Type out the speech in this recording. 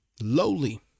lowly